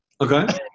Okay